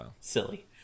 silly